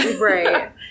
Right